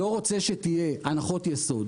לא רוצה שתהיה הנחות יסוד.